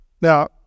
now